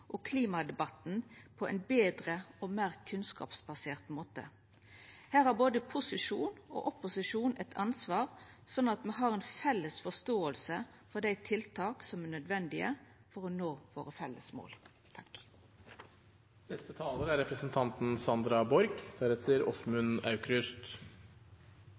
og klimadebatten på ein betre og meir kunnskapsbasert måte. Her har både posisjon og opposisjon eit ansvar for at me har ei felles forståing for dei tiltaka som er nødvendige for å nå våre felles mål. Representanten Storehaug sa at det var en kald bris i salen. Jeg er